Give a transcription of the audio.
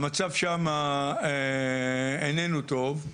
המצב שם איננו טוב,